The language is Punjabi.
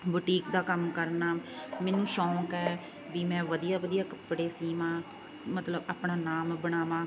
ਬੁਟੀਕ ਦਾ ਕੰਮ ਕਰਨਾ ਮੈਨੂੰ ਸ਼ੌਂਕ ਹੈ ਵੀ ਮੈਂ ਵਧੀਆ ਵਧੀਆ ਕੱਪੜੇ ਸੀਵਾਂ ਮਤਲਬ ਆਪਣਾ ਨਾਮ ਬਣਾਵਾਂ